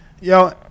Yo